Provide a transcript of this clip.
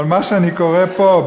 אבל מה שאני קורא פה,